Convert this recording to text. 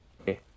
Okay